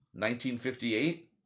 1958